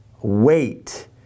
Wait